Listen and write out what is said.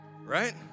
Right